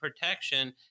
protection